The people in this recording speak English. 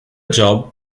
job